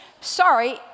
sorry